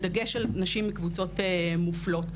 בדגש על נשים מקבוצות מופלות.